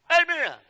amen